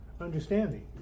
understanding